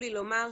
למרות